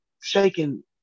shaking